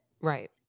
Right